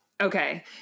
Okay